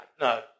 no